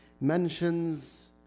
mentions